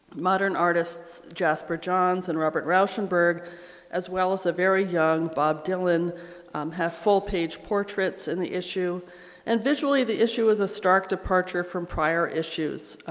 modern artists jasper johns and robert rauschenberg as well as a very young bob dylan have full-page portraits in the issue and visually the issue is a stark departure from prior issues.